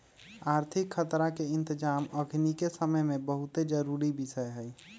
आर्थिक खतरा के इतजाम अखनीके समय में बहुते जरूरी विषय हइ